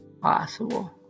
Possible